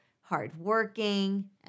hardworking